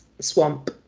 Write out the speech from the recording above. swamp